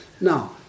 Now